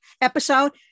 episode